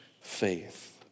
faith